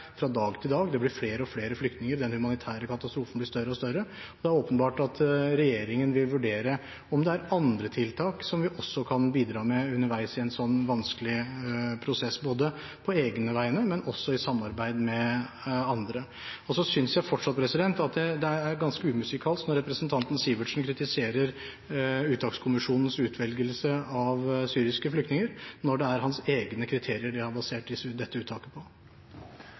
fra dag til dag, det blir flere og flere flyktninger, og den humanitære katastrofen blir større og større. Det er åpenbart at regjeringen vil vurdere om det er andre tiltak som vi også kan bidra med underveis i en sånn vanskelig prosess – både på egne vegne og i samarbeid med andre. Så synes jeg fortsatt at det er ganske umusikalsk når representanten Sivertsen kritiserer uttakskommisjonens utvelgelse av syriske flyktninger, når det er hans egne kriterier de har basert dette uttaket på.